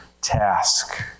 task